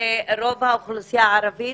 שרוב האוכלוסייה הערבית